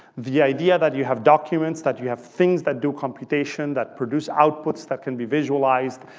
the idea that you have documents, that you have things that do computation that produce outputs that can be visualized.